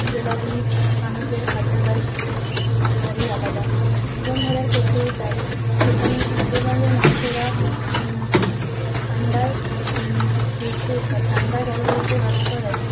জেলাগুলির মানুষদের খাদ্যাভাস একেবারেই আলাদা জীবনধারার ক্ষেত্রেও তাই সেখান উত্তরবঙ্গের মানুষেরা ঠান্ডার দেশে বা ঠান্ডা জলবায়ুতে বাস করায়